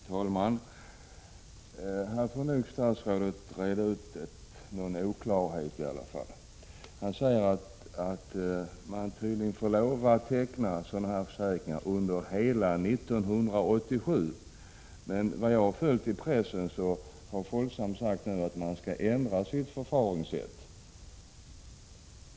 Herr talman! Här får nog statsrådet ändå reda ut en oklarhet. Han säger att man tydligen får teckna sådana här försäkringar under hela 1987. Men enligt vad jag har sett i pressen har Folksam nu sagt att man skall ändra sitt förfaringssätt.